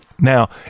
Now